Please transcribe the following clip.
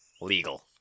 Legal